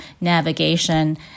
navigation